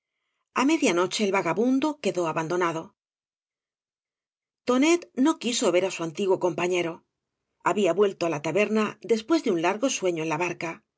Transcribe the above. a medía noche ei vagabundo quedó abandonado tonet no quiso ver á su antiguo compañero había vuelto á la taberna después de un larga iueño en la barca